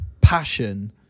passion